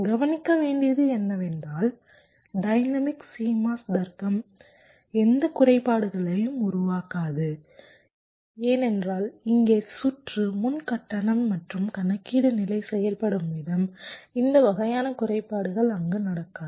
கவனிக்க வேண்டியது என்னவென்றால் டைனமிக் CMOS தர்க்கம் எந்த குறைபாடுகளையும் உருவாக்காது ஏனென்றால் இங்கே சுற்று முன் கட்டணம் மற்றும் கணக்கிடும் நிலை செயல்படும் விதம் இந்த வகையான குறைபாடுகள் அங்கு நடக்காது